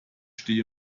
stehe